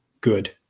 good